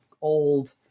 old